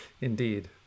Indeed